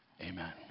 Amen